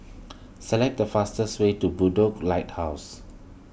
select the fastest way to Bedok Lighthouse